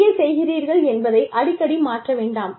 எங்கே செய்கிறீர்கள் என்பதை அடிக்கடி மாற்ற வேண்டாம்